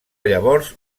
llavors